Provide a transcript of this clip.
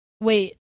wait